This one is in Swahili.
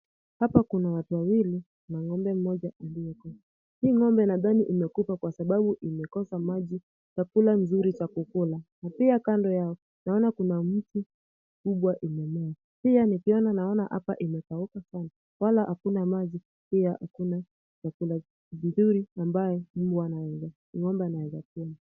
Hapa kuna watu wawili na ng'ombe moja iliokufa. Hii ng'ombe nadhani imekufa kwa sababu imekosa maji, chakula nzuri cha kukula. Na pia kando yao, naona kuna mti kubwa imemea. Pia nikiona naona hapa imekauka sana, wala hakuna maji, hakuna chakula kizuri ambayo mbwa anaweza ng'ombe anaweza kula.